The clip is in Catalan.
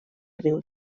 riu